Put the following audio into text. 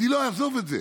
אני לא אעזוב את זה,